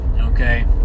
okay